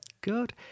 Good